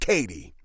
Katie